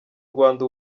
rwanda